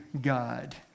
God